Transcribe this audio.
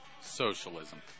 Socialism